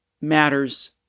matters